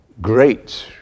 great